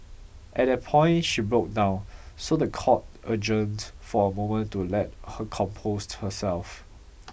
at that point she broke down so the court adjourned for a moment to let her compose herself